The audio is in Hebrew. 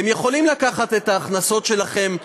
אתם יכולים לקחת את ההכנסות שלכם,